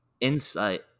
insight